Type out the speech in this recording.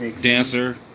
Dancer